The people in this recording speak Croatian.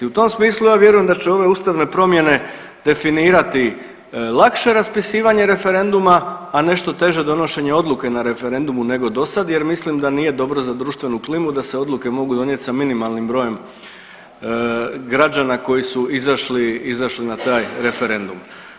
U tom smislu ja vjerujem da će ove ustavne promjene definirati lakše raspisivanje referenduma, a nešto teže donošenje odluke na referendumu nego dosad jer mislim da nije dobro za društvenu klimu da se odluke mogu donijet sa minimalnim brojem građana koji su izašli, izašli na taj referendum.